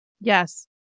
Yes